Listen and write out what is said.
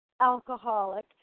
alcoholic